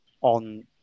on